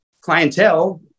clientele